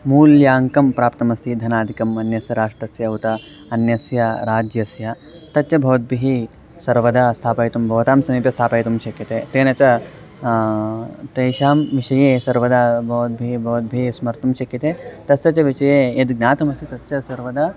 मूल्याङ्कं प्राप्तम् अस्ति धनादिकम् अन्यस्य राष्ट्रस्य उत अन्यस्य राज्यस्य तच्च भवद्भिः सर्वदा स्थापयितुं भवतां समीपे स्थापयितुं शक्यते तेन च तेषां विषये सर्वदा भवद्भिः भवद्भिः स्मर्तुं शक्यते तस्य च विषये यद् ज्ञातमस्ति तच्च सर्वदा